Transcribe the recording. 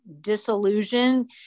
disillusion